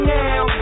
now